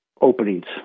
openings